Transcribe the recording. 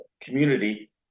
community